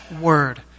word